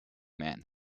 man